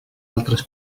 altres